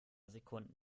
sekunden